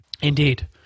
Indeed